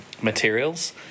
materials